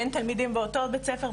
בין תלמידים באותו בית הספר,